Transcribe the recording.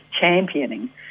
championing